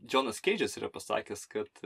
džonas keidžas yra pasakęs kad